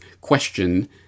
question